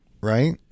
Right